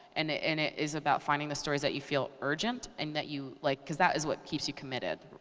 and ah and it is about finding the stories that you feel urgent, and that you like cause that is what keeps you committed.